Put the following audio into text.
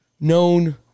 known